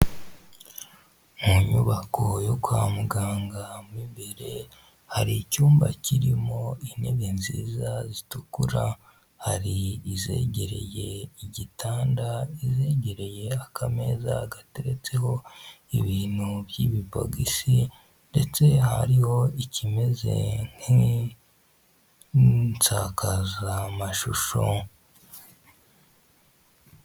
Mu nyubako yo kwa muganga mo imbere, hari icyumba kirimo intebe nziza zitukura hari izegereye igitanda, izegereye akameza gateretseho ibintu by'ibibogisi, ndetse hariho ikimeze nk'insakazamashusho.